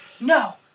no